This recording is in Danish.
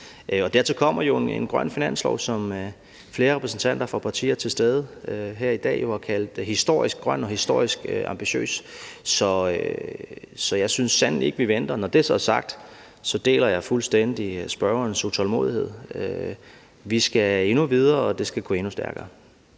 Dertil kommer en grøn finanslov, som flere repræsentanter for partier til stede her i dag jo har kaldt historisk grøn og historisk ambitiøs. Så jeg synes sandelig ikke, vi venter. Når det så er sagt, deler jeg fuldstændig spørgerens utålmodighed. Vi skal endnu videre, og det skal gå endnu stærkere.